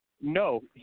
No